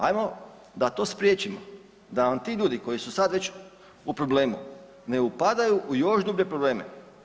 Ajmo da to spriječimo, da nam ti ljudi koji su sad već u problemu, ne upadaju u još dublje probleme.